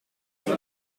for